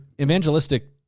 evangelistic